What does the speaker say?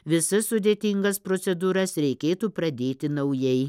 visas sudėtingas procedūras reikėtų pradėti naujai